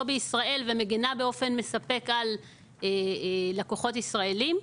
בישראל ומגנה באופן מספק על לקוחות ישראלים.